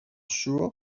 sure